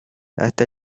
hasta